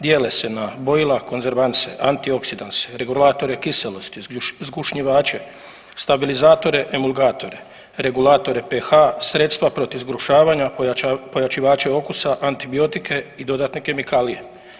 Dijele se na bojila, konzervanse, antioksidanse, regulatore kiselosti, zgušnjivače, stabilizatore, emulgatore, regulatore PH, sredstva protiv zgrušavanja, pojačivači okusa, antibiotike i dodatne kemikalije.